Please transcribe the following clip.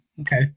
Okay